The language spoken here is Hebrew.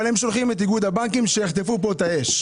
אבל הם שולחים את איגוד הבנקים שיחטפו פה את האש.